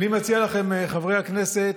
אני מציע לכם, חברי הכנסת,